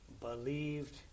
believed